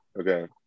Okay